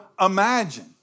imagine